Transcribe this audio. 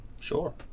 Sure